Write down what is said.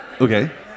Okay